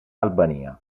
albania